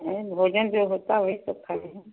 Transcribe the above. आँय भोजन जो होता है वही सब खा रही हूँ